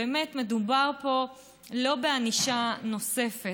באמת מדובר פה לא בענישה נוספת.